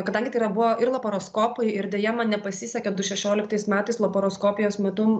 kadangi tai yra buvo ir laparoskopai ir deja man nepasisekė du šešioliktais metais laparoskopijos metu